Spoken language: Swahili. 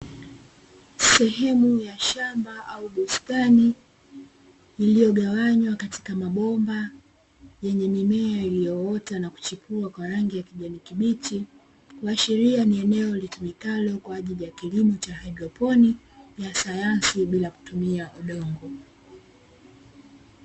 Sehemu ya shamba au bustani, iliyogawanywa katika mabomba yenye mimea iliyoota na kuchipua kwa rangi ya kijani kibichi, ikiashiria ni eneo litumikalo kwa ajili ya kilimo cha haidroponi ya sayansi bila kutumia udongo.